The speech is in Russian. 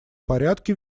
порядке